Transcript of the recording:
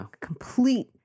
Complete